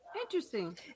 interesting